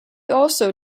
also